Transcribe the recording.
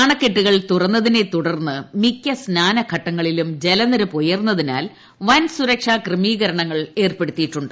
അണക്കെട്ടുകൾ തുറന്നതിനെ തുടർന്ന് മിക്ക സ്നാനഘട്ടങ്ങളിലും ജലനിരപ്പ് ഉയർന്നതിനാൽ വൻ സുരക്ഷാ ക്രമീകരണങ്ങൾ ഏർപ്പെടുത്തിയിട്ടുണ്ട്